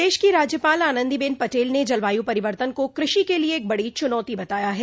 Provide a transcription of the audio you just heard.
प्रदेश की राज्यपाल आनन्दीबेन पटेल ने जलवायू परिवर्तन को कृषि के लिये एक बड़ी चुनौती बताया है